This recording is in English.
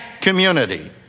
community